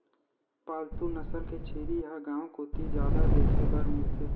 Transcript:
पालतू नसल के छेरी ह गांव कोती जादा देखे बर मिलथे